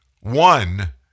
one